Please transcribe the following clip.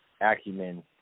acumen